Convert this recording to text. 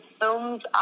films